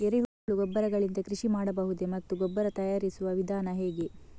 ಎರೆಹುಳು ಗೊಬ್ಬರ ಗಳಿಂದ ಕೃಷಿ ಮಾಡಬಹುದೇ ಮತ್ತು ಗೊಬ್ಬರ ತಯಾರಿಸುವ ವಿಧಾನ ಹೇಗೆ?